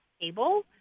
table